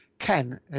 Ken